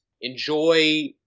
Enjoy